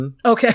Okay